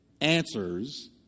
answers